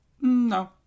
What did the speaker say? no